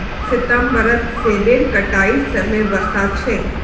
सितंबरत सेबेर कटाईर समय वसा छेक